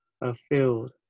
afield